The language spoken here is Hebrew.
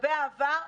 לגבי העבר,